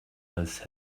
else